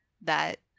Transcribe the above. that-